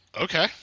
Okay